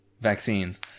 vaccines